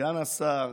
סגן השר,